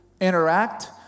interact